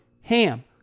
HAM